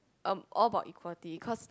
um all about equality cause